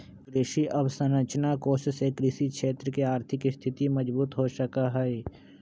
कृषि अवसरंचना कोष से कृषि क्षेत्र के आर्थिक स्थिति मजबूत हो सका हई